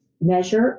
measure